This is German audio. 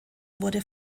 wurde